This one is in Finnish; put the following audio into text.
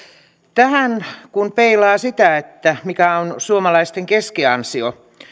tähän voi peilata sitä mikä on suomalaisten keski ansio